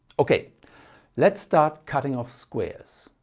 okay let's start cutting off squares,